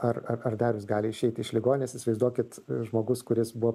ar ar darius gali išeiti iš ligoninės įsivaizduokit žmogus kuris buvo